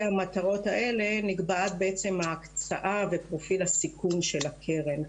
המטרות האלה נקבעת בעצם ההקצאה ופרופיל הסיכון של הקרן.